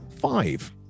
five